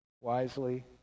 wisely